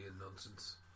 nonsense